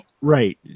right